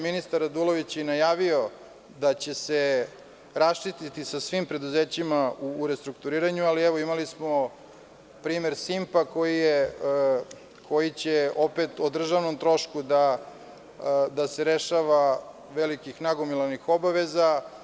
Ministar Radulović je i najavio da će se raščistiti sa svim preduzećima u restrukturiranju, ali evo imali smo primer „Simpa“ koji će opet o državnom trošku da se rešava velikih, nagomilanih obaveza.